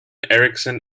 erickson